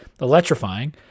electrifying